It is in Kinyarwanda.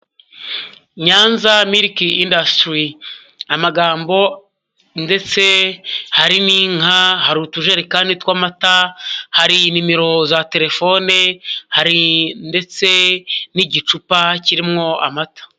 Nyanza miliki indasitiri, amagambo, ndetse hari n'inka, hari utujerekani tw'amata, hari nimero za telefone, hari ndetse n'igicupa kirimo amata.